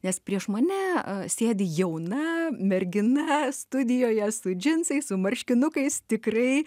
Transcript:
nes prieš mane sėdi jauna mergina studijoje su džinsais su marškinukais tikrai